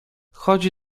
chodzi